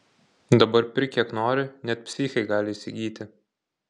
dabar pirk kiek nori net psichai gali įsigyti